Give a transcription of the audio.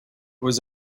was